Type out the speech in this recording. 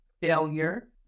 failure